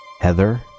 heather